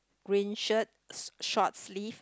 green shirt short sleeve